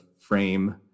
frame